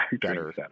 better